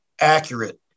accurate